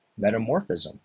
Metamorphism